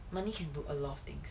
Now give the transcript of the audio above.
money can do a lot of things